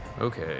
Okay